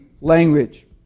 language